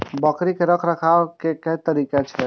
बकरी के रखरखाव के कि तरीका छै?